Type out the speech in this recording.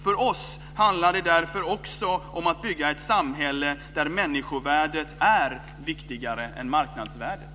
För oss handlar det därför också om att bygga ett samhälle där människovärdet är viktigare än marknadsvärdet.